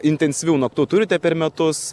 intensyvių naktų turite per metus